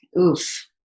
oof